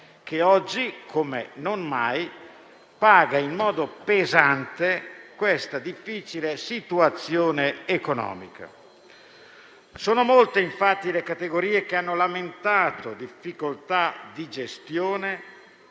che oggi, come non mai, paga in modo pesante questa difficile situazione economica. Sono molte infatti le categorie che hanno lamentato difficoltà di gestione